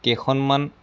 কেইখনমান